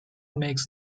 makes